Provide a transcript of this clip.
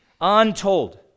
untold